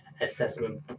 assessment